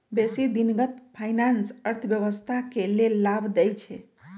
बेशी दिनगत फाइनेंस अर्थव्यवस्था के लेल लाभ देइ छै